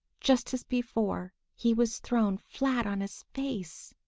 just as before, he was thrown flat on his face.